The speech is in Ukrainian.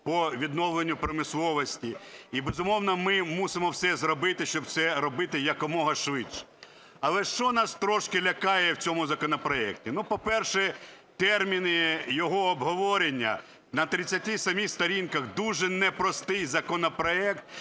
по відновленню промисловості. І, безумовно, ми мусимо все зробити, щоб це робити якомога швидше. Але що наш трошки лякає в цьому законопроекті. Ну, по-перше, терміни його обговорення. На 37 сторінках дуже непростий законопроект,